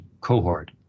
cohort